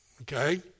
okay